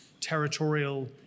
territorial